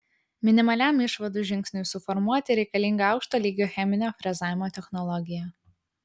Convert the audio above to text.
minimaliam išvadų žingsniui suformuoti reikalinga aukšto lygio cheminio frezavimo technologija